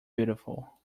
beautiful